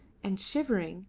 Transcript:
and shivering,